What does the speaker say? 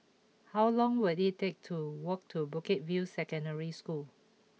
how long will it take to walk to Bukit View Secondary School